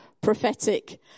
prophetic